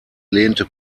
lehnte